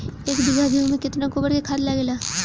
एक बीगहा गेहूं में केतना गोबर के खाद लागेला?